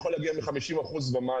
זה יכול להגיע ל-50% ומעלה,